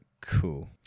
cool